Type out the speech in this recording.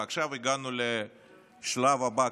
ועכשיו הגענו לשלב הבא,